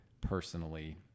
personally